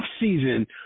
offseason